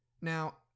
Now